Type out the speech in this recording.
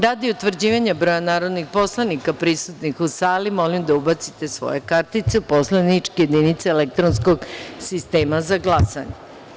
Radi utvrđivanja broja narodnih poslanika prisutnih u sali, molim da ubacite svoje kartice u poslaničke jedinice elektronskog sistema za glasanje.